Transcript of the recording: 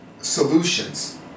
solutions